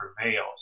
prevails